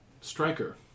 striker